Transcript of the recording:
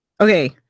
Okay